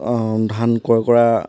ধান কৰ্কৰা